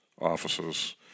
offices